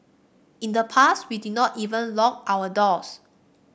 in the past we did not even lock our doors